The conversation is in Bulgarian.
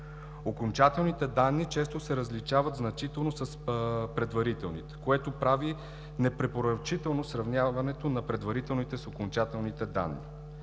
Окончателните данни често се различават значително с предварителните, което прави непрепоръчително сравняването на предварителните с окончателните данни.